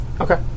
Okay